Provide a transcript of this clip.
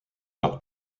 par